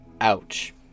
Ouch